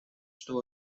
что